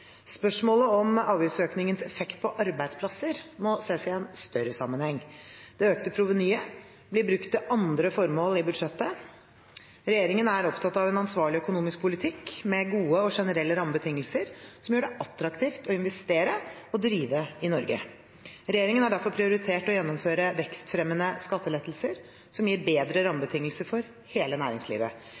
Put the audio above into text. Spørsmålet om avgiftsøkningens effekt på arbeidsplasser må ses i en større sammenheng. Det økte provenyet blir brukt til andre formål i budsjettet. Regjeringen er opptatt av en ansvarlig økonomisk politikk med gode og generelle rammebetingelser som gjør det attraktivt å investere og drive i Norge. Regjeringen har derfor prioritert å gjennomføre vekstfremmende skattelettelser som gir bedre rammebetingelser for hele næringslivet.